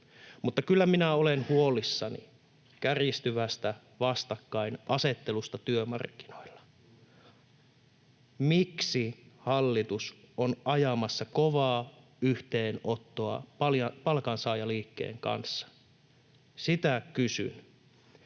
Mutta kyllä minä olen huolissani kärjistyvästä vastakkainasettelusta työmarkkinoilla. Miksi hallitus on ajamassa kovaa yhteenottoa palkansaajaliikkeen kanssa? Sitä kysyn.